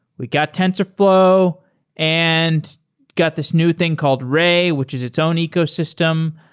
we got tensorflow and got this new thing called ray, which is its own ecosystem.